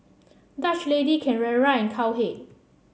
Dutch Lady Carrera rain Cowhead